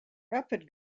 rapid